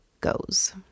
goes